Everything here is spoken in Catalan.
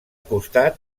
costat